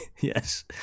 Yes